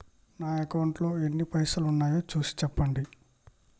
నా అకౌంట్లో ఎన్ని పైసలు ఉన్నాయి చూసి చెప్పండి?